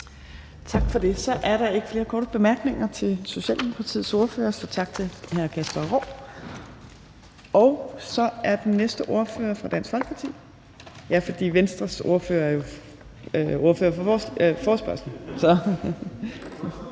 Tak for det. Så er der ikke flere korte bemærkninger til Socialdemokratiets ordfører, så tak til hr. Kasper Roug. Den næste ordfører er fra Dansk Folkeparti, for Venstres ordfører er jo ordfører for forespørgerne.